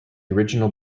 original